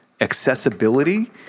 Accessibility